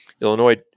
Illinois